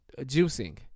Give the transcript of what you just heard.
juicing